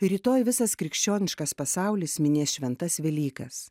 rytoj visas krikščioniškas pasaulis minės šventas velykas